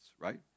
right